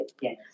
Yes